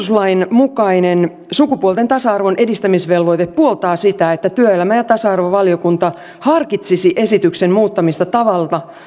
mukainen sukupuolten tasa arvon edistämisvelvoite puoltaa sitä että työelämä ja tasa arvovaliokunta harkitsisi esityksen muuttamista tavalla